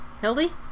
Hildy